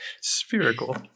Spherical